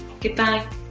Goodbye